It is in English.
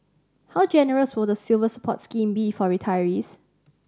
how generous will the Silver Support scheme be for retirees